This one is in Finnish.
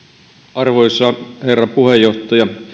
arvoisa herra puheenjohtaja